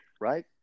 right